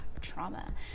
trauma